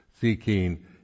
seeking